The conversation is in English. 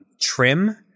Trim